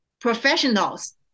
professionals